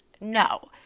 no